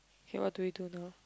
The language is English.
okay what do we do now